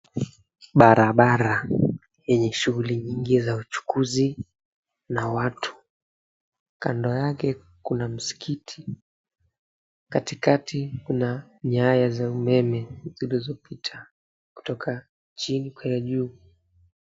Barabara yenye shughuli nyingi za uchukuzi na watu. Kando yake kuna msikiti. Katikati kuna nyaya za umeme zilizopita kutoka chini kwenda juu.